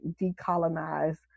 decolonize